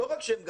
לא רק שהם גדלו,